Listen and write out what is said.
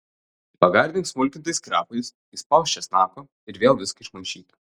pagardink smulkintais krapais įspausk česnako ir vėl viską išmaišyk